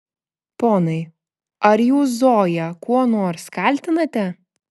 ponai ar jūs zoją kuo nors kaltinate